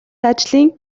ажлын